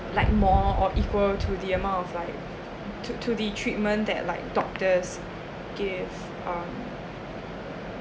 like more or equal to the amount of like to to the treatment that like doctors give um